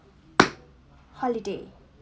holiday